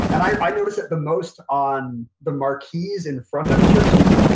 and i i noticed it the most on the marquees in front of churches.